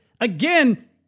again